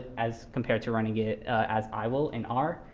as compared to running it as i will in r.